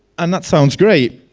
and that sounds great,